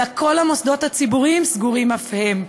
אלא כל המוסדות הציבוריים סגורים אף הם.